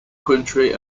country